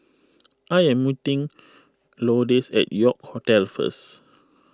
I am meeting Lourdes at York Hotel first